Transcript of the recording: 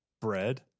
bread